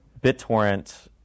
BitTorrent